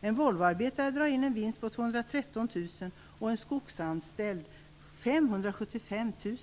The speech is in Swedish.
En Volvoarbetare drar in en vinst på 213 000 och en skogsanställd 575 000.